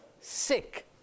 sick